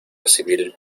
civil